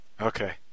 Okay